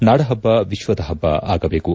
ನಾಡಹಬ್ಬ ವಿಶ್ವದ ಹಬ್ಬ ಆಗಬೇಕು